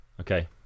Okay